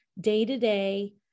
day-to-day